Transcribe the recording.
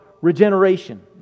regeneration